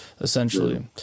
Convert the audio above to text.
essentially